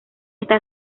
está